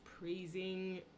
praising